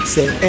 Say